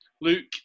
Luke